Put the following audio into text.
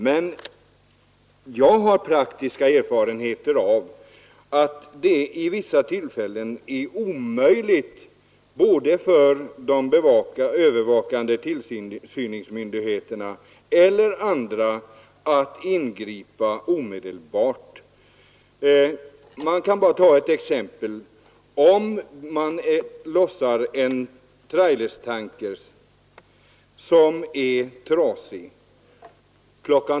Men jag har praktiska erfarenheter av att det vid vissa tillfällen är omöjligt både för de övervakande tillsynsmyndigheterna och för andra att ingripa omedelbart. Jag kan ta som exempel att man lossar en trasig trailertanker kl.